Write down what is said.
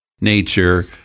nature